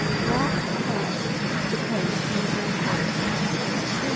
walked past the place where the little corpse lay on the ground.